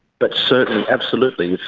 but certainly absolutely,